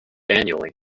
annually